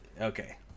Okay